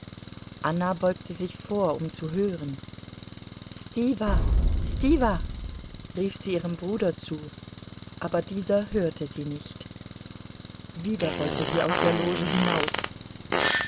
anna beugte sich vor um zu hören stiwa stiwa rief sie ihrem bruder zu aber dieser hörte sie nicht wieder wollte sie aus der loge hinaus